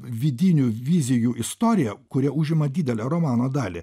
vidinių vizijų istoriją kurie užima didelę romano dalį